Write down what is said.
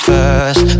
First